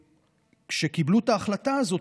כשקיבלו את ההחלטה הזאת,